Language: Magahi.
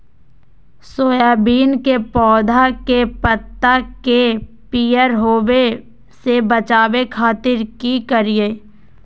सोयाबीन के पौधा के पत्ता के पियर होबे से बचावे खातिर की करिअई?